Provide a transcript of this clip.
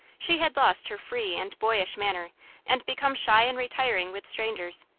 she had lost her free and boyish manner and become shy and retiring with strangers,